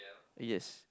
yes